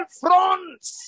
fronts